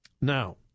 Now